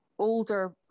older